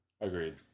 Agreed